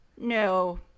no